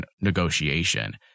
negotiation